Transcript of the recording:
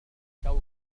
أستخدم